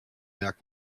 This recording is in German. merkt